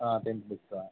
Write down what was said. ten ప్లిక్స్